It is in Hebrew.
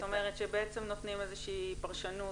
שבעצם נותנים פרשנות,